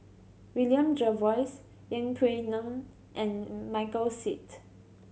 William Jervois Yeng Pway Ngon and Michael Seet